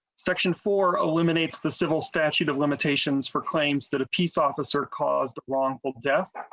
section four eliminates the civil statute of limitations for claims that a peace officer caused the wrongful death.